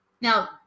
Now